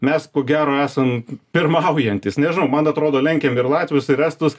mes ko gero esam pirmaujantys nežinau man atrodo lenkiam ir latvius ir estus